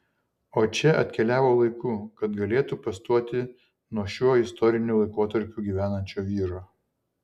o čia atkeliavo laiku kad galėtų pastoti nuo šiuo istoriniu laikotarpiu gyvenančio vyro